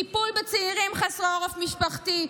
טיפול בצעירים חסרי עורף משפחתי,